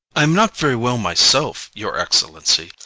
i am not very well myself, your excellency.